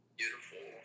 beautiful